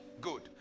Good